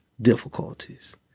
difficulties